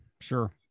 Sure